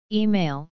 email